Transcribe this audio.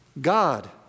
God